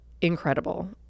incredible